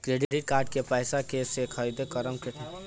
Credit card के पैसा से ख़रीदारी करम त केतना सूद देवे के पड़ी?